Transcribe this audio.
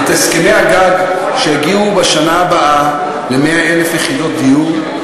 את הסכמי הגג שיגיעו בשנה הבאה ל-100,000 יחידות דיור,